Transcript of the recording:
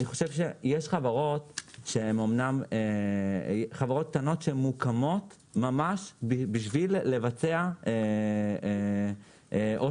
יש חברות קטנות שמוקמות ממש בשביל לבצע עושק.